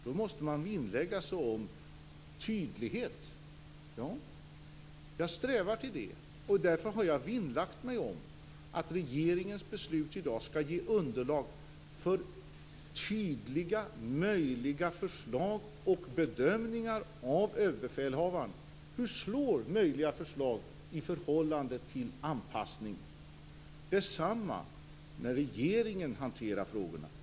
Då måste man vinnlägga sig om tydlighet. Jag stävar efter det. Därför har jag vinnlagt mig om att dagens regeringsbeslut skall ge underlag för tydliga förslag och bedömningar av överbefälhavaren. Hur slår olika förslag när det gäller anpassningsprincipen? Detsamma gäller när regeringen hanterar frågorna.